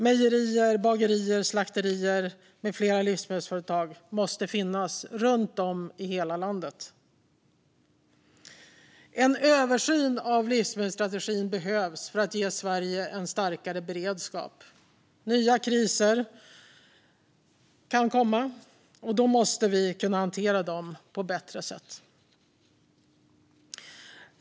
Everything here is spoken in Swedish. Mejerier, bagerier, slakterier med flera livsmedelsföretag måste finnas runt om i hela landet. En översyn av livsmedelsstrategin behövs för att ge Sverige en starkare beredskap. Nya kriser kan komma. Då måste vi kunna hantera dem på ett bättre sätt.